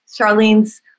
Charlene's